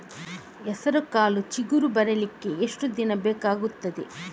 ಹೆಸರುಕಾಳು ಚಿಗುರು ಬರ್ಲಿಕ್ಕೆ ಎಷ್ಟು ದಿನ ಬೇಕಗ್ತಾದೆ?